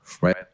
right